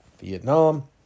Vietnam